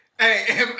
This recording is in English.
Hey